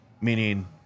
meaning